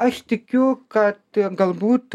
aš tikiu kad galbūt